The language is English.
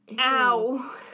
Ow